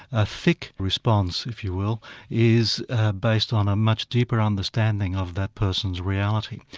a thick response, if you will, is ah based on a much deeper understanding of that person's reality.